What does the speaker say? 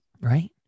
Right